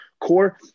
Core